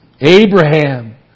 Abraham